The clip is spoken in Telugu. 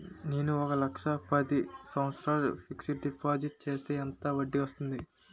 నేను ఒక లక్ష పది సంవత్సారాలు ఫిక్సడ్ డిపాజిట్ చేస్తే ఎంత వడ్డీ వస్తుంది?